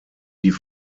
die